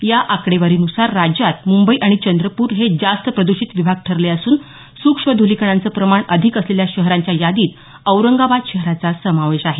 या आकडेवारीन्सार राज्यात मुंबई आणि चंद्रपूर हे जास्त प्रदूषित विभाग ठरले असून सुक्ष्मधुलीकणांचं प्रमाण अधिक असलेल्या शहरांच्या यादीत औरंगाबाद शहराचा समावेश आहे